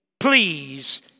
please